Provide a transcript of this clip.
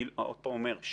אני אומר עוד פעם,